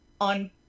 on